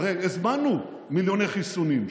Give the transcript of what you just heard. הרי הזמנו מיליוני חיסונים,